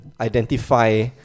identify